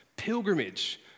pilgrimage